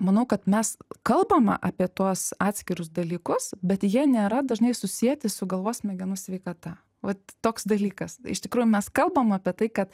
manau kad mes kalbame apie tuos atskirus dalykus bet jie nėra dažnai susieti su galvos smegenų sveikata vat toks dalykas iš tikrųjų mes kalbam apie tai kad